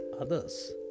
others